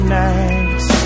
nights